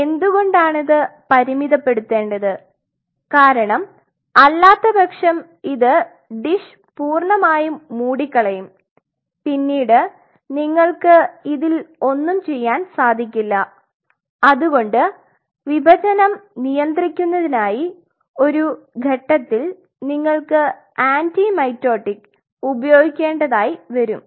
എന്തുകൊണ്ടാണ് ഇത് പരിമിതപ്പെടുത്തേണ്ടത് കാരണം അല്ലാത്തപക്ഷം ഇത് ഡിഷ് പൂർണ്ണമായും മൂടികളയും പിന്നീട് നിങ്ങൾക് ഇതിൽ ഒന്നും ചെയ്യാൻ സാധിക്കില്ല അതുകൊണ്ട് വിഭജനം നിയന്ത്രിക്കുന്നതിനായി ഒരു ഘട്ടത്തിൽ നിങ്ങൾക് ആന്റിമൈറ്റോട്ടിക് ഉപയോഗിക്കേണ്ടതായിട്ട് വരും